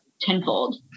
tenfold